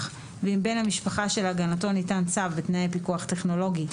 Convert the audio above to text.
ועם בן המשפחה שלהגנתו ניתן צו בתנאי פיקוח טכנולוגי,